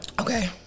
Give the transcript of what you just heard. Okay